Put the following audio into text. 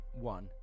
One